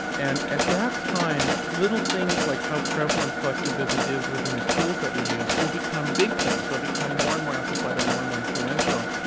and at that time, little things like how prevalent collectivism is within the tools that we use, will become big things, they'll become more and more amplified and more and more influential.